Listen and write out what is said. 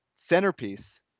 centerpiece